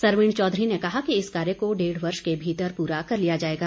सरवीण चौधरी ने कहा कि इस कार्य को डेढ़ वर्ष के भीतर पूरा कर लिया जाएगा